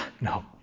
no